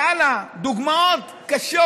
והלאה, דוגמאות קשות.